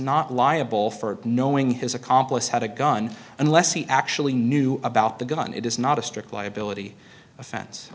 not liable for knowing his accomplice had a gun unless he actually knew about the gun it is not a strict liability offense